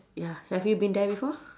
ya have you been there before